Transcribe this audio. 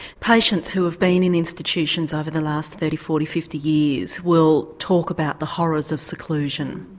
patients who have been in institutions over the last thirty, forty, fifty years will talk about the horrors of seclusion.